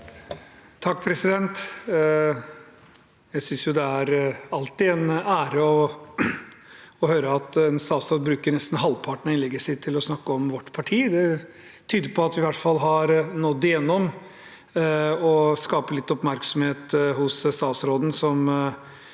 (H) Jeg synes alltid det er en ære å høre en statsråd bruke nesten halvparten av innlegget sitt til å snakke om vårt parti. Det tyder på at vi i hvert fall har nådd igjennom og skapt litt oppmerksomhet hos statsråden